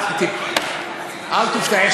אל תופתע.